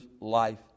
life